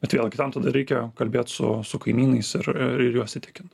bet vėlgi tam tada reikia kalbėt su su kaimynais ir ir juos įtikint